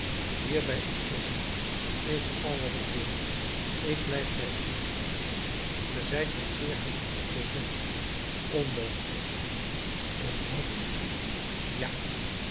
bij u te zijn is al wat ik wil ik blijf bij u ge zijt mijn zeer geliefde cosette onmogelijk onmogelijk ja